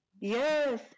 Yes